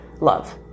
love